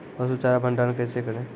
पसु चारा का भंडारण कैसे करें?